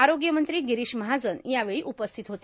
आरोग्यमंत्री गिरीष महाजन यावेळी उपस्थित होते